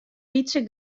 lytse